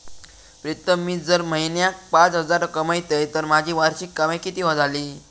प्रीतम मी जर म्हयन्याक पाच हजार कमयतय तर माझी वार्षिक कमाय कितकी जाली?